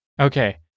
Okay